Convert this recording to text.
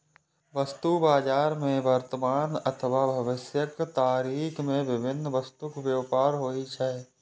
वस्तु बाजार मे वर्तमान अथवा भविष्यक तारीख मे विभिन्न वस्तुक व्यापार होइ छै